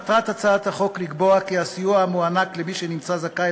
מטרת הצעת החוק לקבוע כי הסיוע המוענק למי שנמצא זכאי